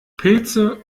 pilze